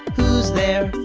who's there?